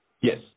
Yes